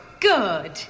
Good